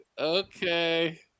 Okay